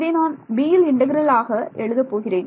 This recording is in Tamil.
இதை நான் b யில் இன்டெக்ரல் ஆக எழுத போகிறேன்